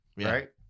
Right